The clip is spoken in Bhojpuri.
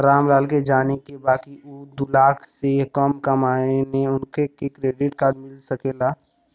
राम लाल के जाने के बा की ऊ दूलाख से कम कमायेन उनका के क्रेडिट कार्ड मिल सके ला?